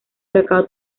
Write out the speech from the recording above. cacao